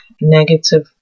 negative